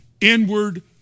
inward